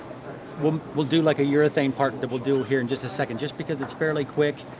we'll we'll do like a urethane part that we'll do here in just a second. just because it's fairly quick,